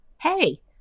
hey